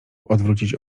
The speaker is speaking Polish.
odwrócić